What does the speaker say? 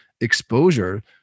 exposure